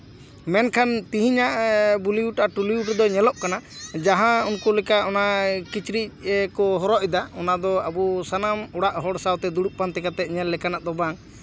ᱢᱮᱱᱠᱷᱟᱱ ᱛᱮᱦᱤᱧᱟᱜ ᱵᱚᱞᱤᱣᱩᱰ ᱟᱨ ᱴᱚᱞᱤᱣᱩᱰ ᱨᱮᱫᱚ ᱧᱮᱞᱚᱜ ᱠᱟᱱᱟ ᱡᱟᱦᱟᱸ ᱩᱱᱠᱩ ᱞᱮᱠᱟ ᱚᱱᱟ ᱚᱱᱟ ᱠᱤᱪᱨᱤᱡ ᱠᱚ ᱦᱚᱨᱚᱜ ᱮᱫᱟ ᱚᱱᱟ ᱫᱚ ᱟᱵᱚ ᱥᱟᱱᱟᱢ ᱚᱲᱟᱜ ᱦᱚᱲ ᱥᱟᱶᱛᱮ ᱫᱩᱲᱩᱵ ᱯᱟᱱᱛᱮ ᱠᱟᱛᱮ ᱧᱮᱞ ᱞᱮᱠᱟᱱᱟᱜ ᱫᱚ ᱵᱟᱝ